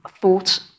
thought